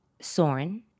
Soren